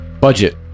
Budget